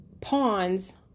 pawns